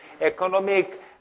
economic